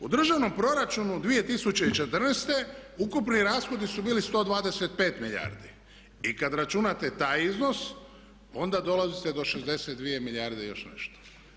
U Državnom proračunu 2014. ukupni rashodi su bili 125 milijardi i kad računate taj iznos onda dolazite do 62 milijarde i još nešto.